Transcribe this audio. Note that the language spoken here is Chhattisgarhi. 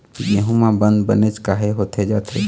गेहूं म बंद बनेच काहे होथे जाथे?